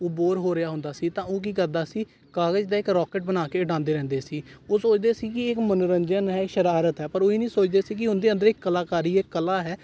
ਉਹ ਬੋਰ ਹੋ ਰਿਹਾ ਹੁੰਦਾ ਸੀ ਤਾਂ ਉਹ ਕੀ ਕਰਦਾ ਸੀ ਕਾਗਜ਼ ਦਾ ਇੱਕ ਰਾਕਟ ਬਣਾ ਕੇ ਉਡਾਉਂਦੇ ਰਹਿੰਦੇ ਸੀ ਉਹ ਸੋਚਦੇ ਸੀ ਕਿ ਇੱਕ ਮਨੋਰੰਜਨ ਹੈ ਸ਼ਰਾਰਤ ਹੈ ਪਰ ਉਹ ਇਹ ਨਹੀਂ ਸੋਚਦੇ ਸੀ ਕਿ ਉਹਦੇ ਅੰਦਰ ਇੱਕ ਕਲਾਕਾਰੀ ਹੈ ਕਲਾ ਹੈ